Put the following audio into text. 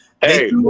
Hey